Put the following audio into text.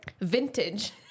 vintage